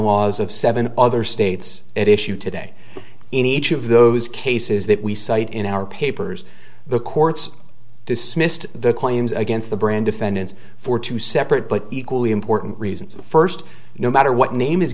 laws of seven other states it issued today in each of those cases that we cite in our papers the courts dismissed the claims against the brand defendants for two separate but equally important reasons first no matter what name is